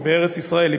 בארץ-ישראל,